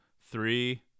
three